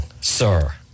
sir